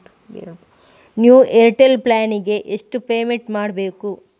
New Airtel plan ಗೆ ಎಷ್ಟು payment ಮಾಡ್ಬೇಕು?